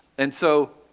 and so,